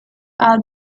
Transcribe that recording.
are